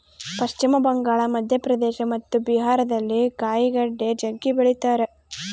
ಪಶ್ಚಿಮ ಬಂಗಾಳ, ಮಧ್ಯಪ್ರದೇಶ ಮತ್ತು ಬಿಹಾರದಲ್ಲಿ ಕಾಯಿಗಡ್ಡೆ ಜಗ್ಗಿ ಬೆಳಿತಾರ